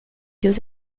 use